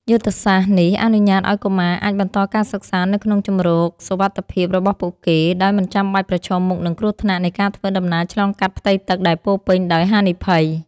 យុទ្ធសាស្ត្រនេះអនុញ្ញាតឱ្យកុមារអាចបន្តការសិក្សានៅក្នុងជម្រកសុវត្ថិភាពរបស់ពួកគេ ដោយមិនចាំបាច់ប្រឈមមុខនឹងគ្រោះថ្នាក់នៃការធ្វើដំណើរឆ្លងកាត់ផ្ទៃទឹកដែលពោរពេញដោយហានិភ័យ។